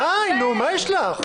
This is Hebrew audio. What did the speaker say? די, נו, מה יש לך?